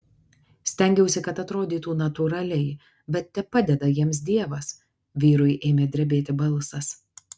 stengiausi kad atrodytų natūraliai bet tepadeda jiems dievas vyrui ėmė drebėti balsas